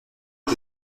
que